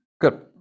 Good